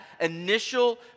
initial